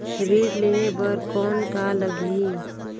ऋण लेहे बर कौन का लगही?